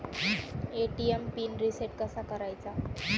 ATM pin reset कसा करायचा?